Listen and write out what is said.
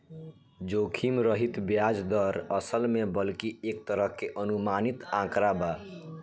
जोखिम रहित ब्याज दर, असल में बल्कि एक तरह के अनुमानित आंकड़ा बा